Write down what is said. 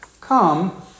Come